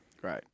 Great